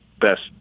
best